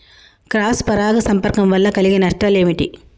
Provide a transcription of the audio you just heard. Cross పరాగ సంపర్కం వల్ల కలిగే నష్టాలు ఏమిటి?